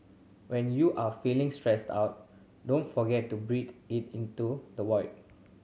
when you are feeling stressed out don't forget to breathe it into the void